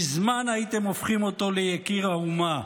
מזמן הייתם הופכים אותו ליקיר האומה.